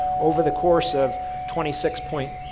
over the course of twenty six point